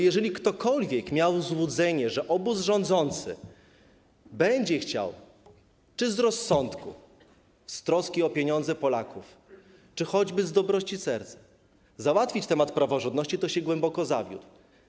Jeżeli ktokolwiek miał złudzenie, że obóz rządzący będzie chciał, czy z rozsądku, z troski o pieniądze Polaków, czy choćby z dobroci serca, załatwić temat praworządności, to się głęboko zawiódł.